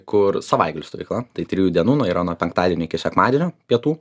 kur savaitgalio stovykla tai trijų dienų nu yra nuo penktadienio iki sekmadienio pietų